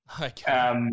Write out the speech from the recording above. Okay